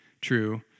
true